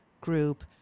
group